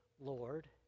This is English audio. Lord